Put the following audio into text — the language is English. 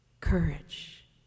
courage